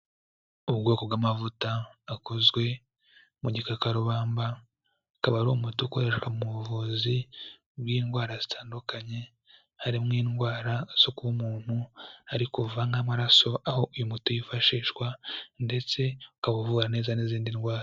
Ubwoko bw'amavuta akozwe mu gikakarubamba, akaba ari umuti ukoreshwa mu buvuzi bw'indwara zitandukanye, harimo indwara zo kuba umuntu ariko kuva nk'amaraso, aho uyu muti wifashishwa ndetse ukaba uvura neza n'izindi ndwara.